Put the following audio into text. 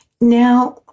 Now